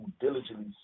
diligently